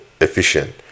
efficient